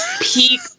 Peak